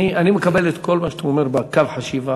אני מקבל את כל מה שאתה אומר בקו החשיבה,